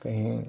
कहीं